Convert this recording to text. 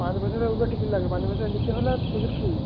পাঁচ বছরের উপরে টিকিট লাগবে পাঁচ বছরের নিচে হলে টিকিট ফ্রি